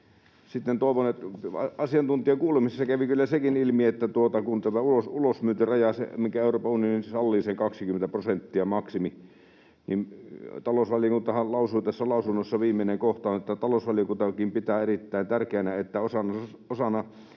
mitään huomautettavaa. Asiantuntijakuulemisessa kävi kyllä sekin ilmi, että kun ajatellaan tätä ulosmyyntirajaa, minkä Euroopan unioni sallii, sitä 20 prosentin maksimia — talousvaliokunnan lausunnon viimeinen kohta kuuluu: ”Talousvaliokuntakin pitää erittäin tärkeänä, että osana